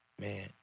Man